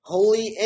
Holy